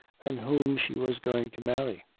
and whom she was going to marry.